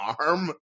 arm